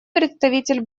представитель